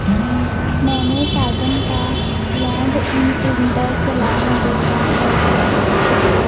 मैने साजन का land imprinter चलाकर देखा है